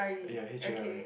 ya H A R E